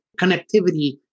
connectivity